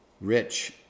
Rich